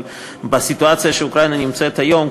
אבל בסיטואציה שאוקראינה נמצאת היום,